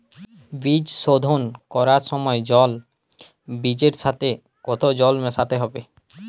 বীজ শোধন করার সময় জল বীজের সাথে কতো জল মেশাতে হবে?